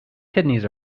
kidneys